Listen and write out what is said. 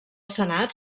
senat